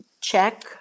check